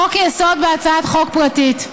חוק-יסוד בהצעת חוק פרטית.